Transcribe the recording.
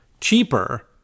cheaper